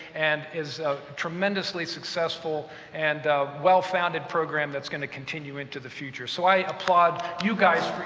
and is a tremendously successful and well-founded program that's going to continue into the future. so i applaud you guys for